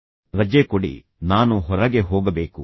ನನಗೆ ಎರಡು ದಿನ ರಜೆ ಕೊಡಿ ನಾನು ನಿಲ್ದಾಣದಿಂದ ಹೊರಗೆ ಹೋಗಬೇಕು